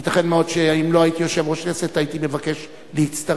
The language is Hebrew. ייתכן מאוד שאם לא הייתי יושב-ראש כנסת הייתי מבקש להצטרף.